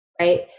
Right